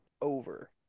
over